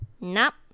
nap